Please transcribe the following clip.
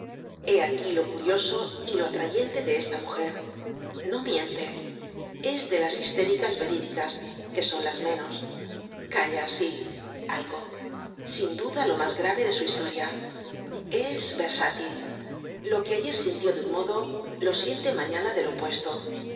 aquí lo curioso y lo atrayeníe de esta mujer no miente es de las histéricas verídicas que son las menos calla sí algo sin duda lo más grave de su historia es versátil lo que ayer sintió de un modo lo siente mañana del opuesto